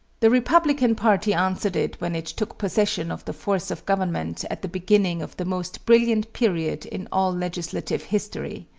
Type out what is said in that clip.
the republican party answered it when it took possession of the force of government at the beginning of the most brilliant period in all legislative history.